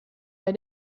bei